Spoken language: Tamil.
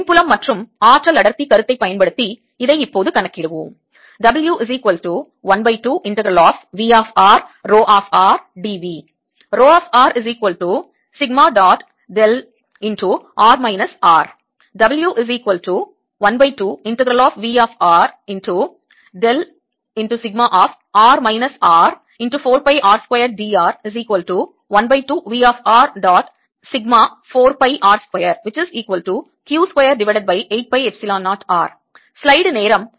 மின்புலம் மற்றும் ஆற்றல் அடர்த்தி கருத்தைப் பயன்படுத்தி இதை இப்போது கணக்கிடுவோம்